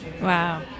Wow